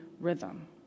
rhythm